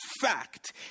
fact